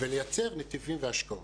ולייצר נתיבים והשקעות.